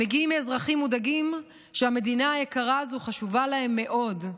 הם מגיעים מאזרחים מודאגים שהמדינה היקרה הזו חשובה להם מאוד.